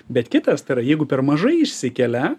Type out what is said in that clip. bet kitas tai yra jeigu per mažai išsikelia